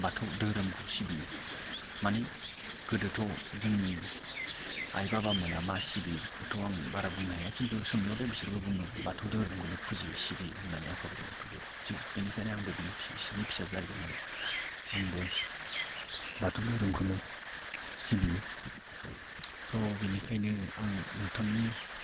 बाथौ धोरोमखौ सिबियो माने गोदोथ' जोंनि आइ बाबामोना मा सिबियो बेखौबोथ' आं बारा बुंनो हाया खिन्थु सोंनायावलाय बिसोरबो बुङो बाथौ धोरोमखौनो फुजियो सिबियो होननानै आफा बोराय बाथौखौ थिख बिनिखायनो आंबो बिसोरनि फिसा जाहैबाय नालाय आंबो बाथौ धोरोमखौनो सिबियो थ' बिनिखायनो आं नोंथांंनि